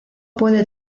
puede